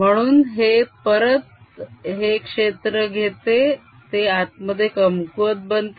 म्हणून हे परत हे क्षेत्र घेते ते आतमध्ये कमकुवत बनते